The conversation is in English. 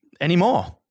anymore